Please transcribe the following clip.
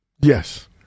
Yes